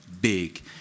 big